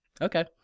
Okay